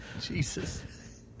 Jesus